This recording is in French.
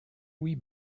louis